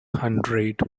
hundred